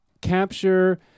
capture